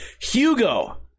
Hugo